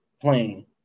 playing